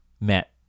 met